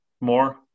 more